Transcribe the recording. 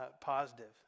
Positive